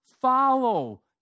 follow